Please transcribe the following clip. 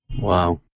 Wow